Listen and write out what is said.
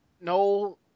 No